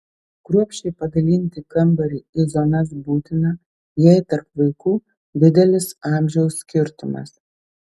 kruopščiai padalinti kambarį į zonas būtina jei tarp vaikų didelis amžiaus skirtumas